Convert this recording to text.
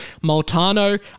Moltano